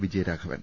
Vijayaraghavan